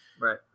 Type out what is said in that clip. Right